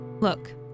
Look